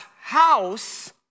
house